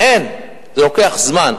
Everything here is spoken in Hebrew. אין, זה לוקח זמן.